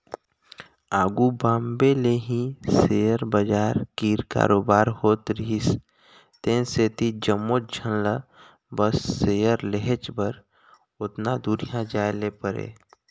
आघु बॉम्बे ले ही सेयर बजार कीर कारोबार होत रिहिस तेन सेती जम्मोच झन ल बस सेयर लेहेच बर ओतना दुरिहां जाए ले परे